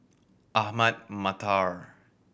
Ahmad Mattar